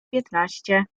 piętnaście